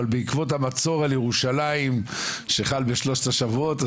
אבל בעקבות המצור על ירושלים שחל ב-13 שבועות,